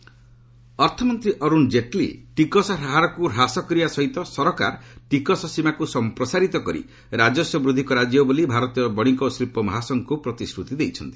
ଜେଟଲୀ ଟ୍ୟାକ୍ନ ଅର୍ଥମନ୍ତ୍ରୀ ଅରୁଣ ଜେଟଲୀ ଟିକସ ହାରକୁ ହ୍ରାସ କରିବା ସହିତ ସରକାର ଟିକସ ସୀମାକୁ ସମ୍ପ୍ରସାରିତ କରି ରାଜସ୍ୱ ବୃଦ୍ଧି କରାଯିବ ବୋଲି ଭାରତୀୟ ବଣିକ ଓ ଶିଳ୍ପ ମହାସଂଘକୁ ପ୍ରତିଶ୍ରତି ଦେଇଛନ୍ତି